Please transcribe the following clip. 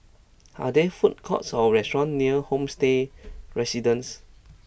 are there food courts or restaurants near Homestay Residences